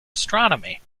astronomy